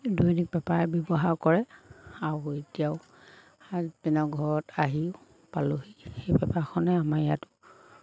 দৈনিক পেপাৰ ব্যৱহাৰ কৰে আৰু এতিয়াও হাজবেণ্ডৰ ঘৰত আহিও পালোহি সেই পেপাৰখনে আমাৰ ইয়াতো